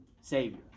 Savior